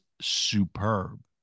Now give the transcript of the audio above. superb